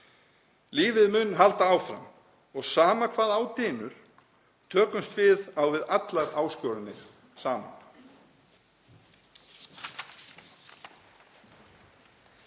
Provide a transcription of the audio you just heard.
Lífið mun halda áfram og sama hvað á dynur tökumst við á við allar áskoranir saman.